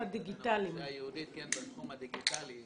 לבין האוכלוסייה היהודית בתחום הדיגיטלי.